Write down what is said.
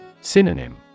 Synonym